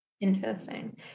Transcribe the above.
Interesting